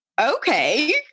okay